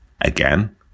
Again